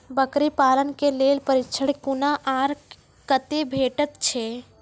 बकरी पालन के लेल प्रशिक्षण कूना आर कते भेटैत छै?